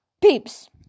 peeps